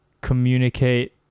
communicate